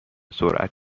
سرعت